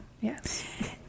yes